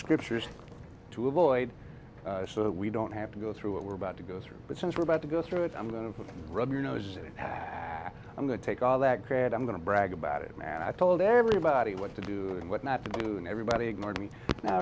scriptures to avoid so that we don't have to go through what we're about to go through but since we're about to go through it i'm going to rub your nose in it i'm going to take all that crap i'm going to brag about it and i told everybody what to do and what not to do and everybody ignored me now